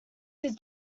his